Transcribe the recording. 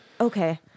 Okay